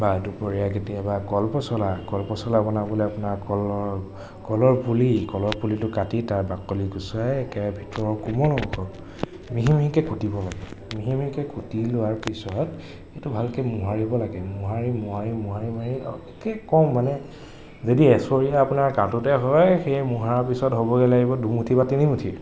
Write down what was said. বা দুপৰীয়া কেতিয়াবা কলপছলা কলপছলা বনাবলৈ আপোনাৰ কলৰ কলৰ পুলি কলৰ পুলিটো কাটি তাৰ বাকলি গুছাই একেবাৰে ভিতৰৰ কোমল অংশ মিহি মিহিকে কুটিব মিহি মিহিকে কুটি লোৱাৰ পিছত সেইটো ভালকে মোহাৰিব লাগে মোহাৰি মোহাৰি মোহাৰি মোহাৰি একে কম মানে যদি এচৰীয়া আপোনাৰ কাটোতে হয় সেই মোহৰা পিছত হ'বগে লাগিব দুমুঠি বা তিনিমুঠি